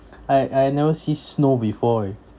I I never see snow before eh